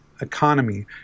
economy